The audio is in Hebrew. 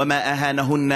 מי שמכבד אותן